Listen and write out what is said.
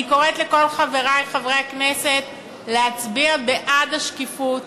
אני קוראת לכל חברי חברי הכנסת להצביע בעד השקיפות